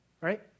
right